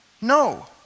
No